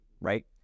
right